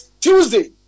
Tuesday